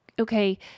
okay